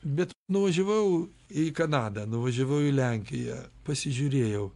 bet nuvažiavau į kanadą nuvažiavau į lenkiją pasižiūrėjau